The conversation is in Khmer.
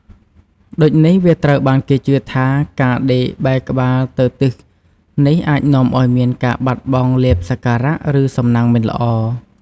ដូចនេះ វាត្រូវបានគេជឿថា ការដេកបែរក្បាលទៅទិសនេះអាចនាំឱ្យមានការបាត់បង់លាភសក្ការៈ ឬសំណាងមិនល្អ។